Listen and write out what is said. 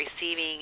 receiving